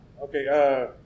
Okay